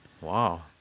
Wow